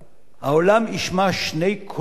העולם ישמע שני קולות,